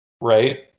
right